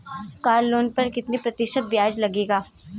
Car loan पर कितना प्रतिशत ब्याज लगेगा?